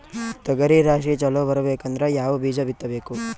ತೊಗರಿ ರಾಶಿ ಚಲೋ ಬರಬೇಕಂದ್ರ ಯಾವ ಬೀಜ ಬಿತ್ತಬೇಕು?